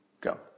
Go